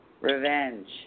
Revenge